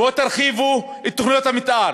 בואו תרחיבו את תוכניות המתאר,